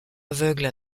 aveugle